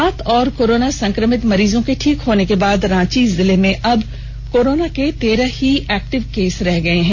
सात और कोरोना संक्रमित मरीजों के ठीक होने के बाद रांची जिला में अब कोरोना के तेरह ही एक्टिव केस रह गए हैं